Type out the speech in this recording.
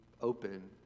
open